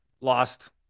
lost